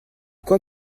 quoi